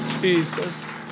Jesus